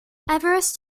everest